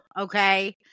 okay